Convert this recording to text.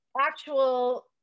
actual